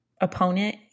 opponent